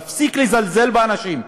להפסיק לזלזל באנשים,